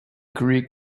greek